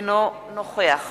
אינו נוכח